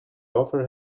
offer